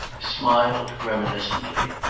smiled reminiscently.